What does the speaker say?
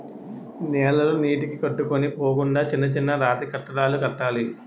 నేలలు నీటికి కొట్టుకొని పోకుండా చిన్న చిన్న రాతికట్టడాలు కట్టాలి